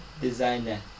Designer